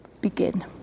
begin